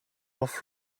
off